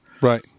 Right